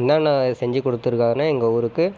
என்னென்ன செஞ்சுக் கொடுத்துருக்காருன்னா எங்கள் ஊருக்கு